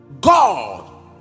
God